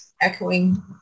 echoing